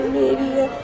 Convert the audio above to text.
media